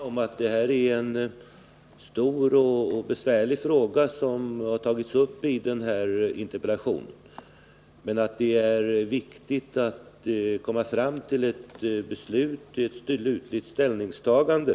Herr talman! Vi är alla medvetna om att det är en stor och besvärlig fråga som tagits upp i denna interpellation och att det är viktigt att komma fram till ett slutligt ställningstagande.